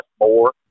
more